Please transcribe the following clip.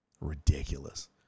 Ridiculous